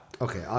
Okay